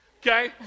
okay